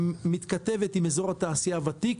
שמתכתבת עם אזור התעשייה הוותיק,